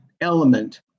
element